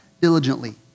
diligently